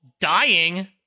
dying